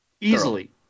Easily